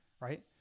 right